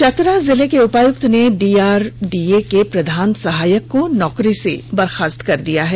चतरा जिले के उपायुक्त ने डीआरडीए के प्रधान सहायक को नौकरी से बर्खास्त कर दिया है